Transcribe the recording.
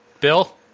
Bill